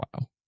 wow